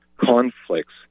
conflicts